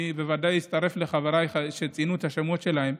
ואני בוודאי מצטרף לחבריי שציינו את השמות שלהם.